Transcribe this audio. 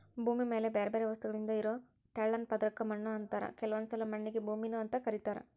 ಭೂಮಿ ಮ್ಯಾಲೆ ಬ್ಯಾರ್ಬ್ಯಾರೇ ವಸ್ತುಗಳಿಂದ ಇರೋ ತೆಳ್ಳನ ಪದರಕ್ಕ ಮಣ್ಣು ಅಂತಾರ ಕೆಲವೊಂದ್ಸಲ ಮಣ್ಣಿಗೆ ಭೂಮಿ ಅಂತಾನೂ ಕರೇತಾರ